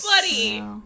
buddy